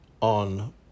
on